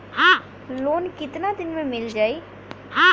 Loan कितना दिन में मिल जाई?